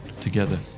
together